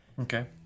Okay